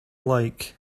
like